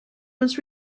was